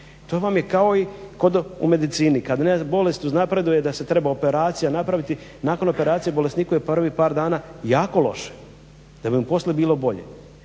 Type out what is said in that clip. To vam je kao i kod u medicini. Kada bolest uznapreduje da se treba operacija napraviti nakon operacije bolesniku je prvih par dana jako loše da bi mu poslije bilo bolje.